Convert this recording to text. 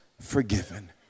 forgiven